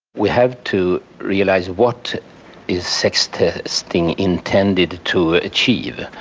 we have to realise what is sex testing intended to ah achieve.